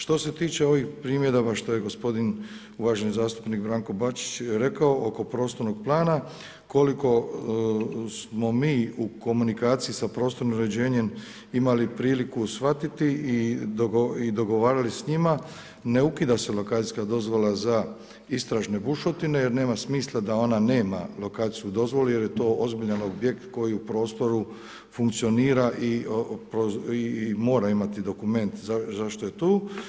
Što se tiče ovih primjedaba što je gospodin uvaženi zastupnik Branko Bačić rekao oko prostornog plana koliko smo mi u komunikaciji sa prostornim uređenjem imali priliku shvatiti i dogovarali s njima, ne ukida se lokacijska dozvola za istražne bušotine jer nema smisla da ona nema lokacijsku dozvolu jer je to ozbiljan objekt koji u prostoru funkcionira i mora imati dokument zašto je tu.